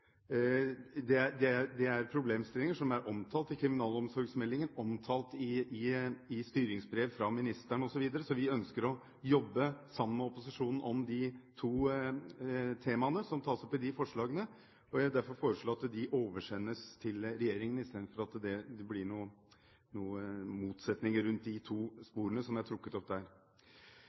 Det er problemstillinger som er omtalt i kriminalomsorgsmeldingen, omtalt i styringsbrev fra ministeren osv., så vi ønsker å jobbe sammen med opposisjonen om de to temaene som tas opp i forslagene. Jeg vil derfor foreslå at de oversendes regjeringen, i stedet for at det blir noen motsetninger rundt de to sporene som er trukket opp der.